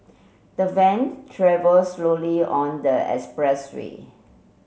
the van travel slowly on the expressway